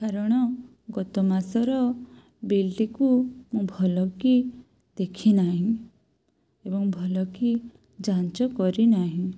କାରଣ ଗତ ମାସର ବିଲ୍ଟିକୁ ମୁଁ ଭଲକି ଦେଖିନାହିଁ ଏବଂ ଭଲକି ଯାଞ୍ଚ କରିନାହିଁ